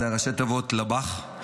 זה ראשי התיבות לב"ח,